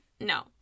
No